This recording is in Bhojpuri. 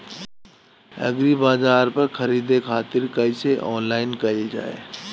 एग्रीबाजार पर खरीदे खातिर कइसे ऑनलाइन कइल जाए?